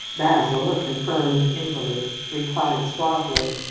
basil, a confirmed invalid, replied suavely,